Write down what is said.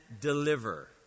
deliver